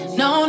no